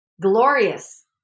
glorious